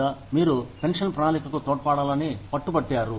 లేదా మీరు పెన్షన్ ప్రణాళికకు తోడ్పడాలని పట్టుబట్టారు